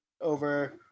over